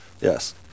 Yes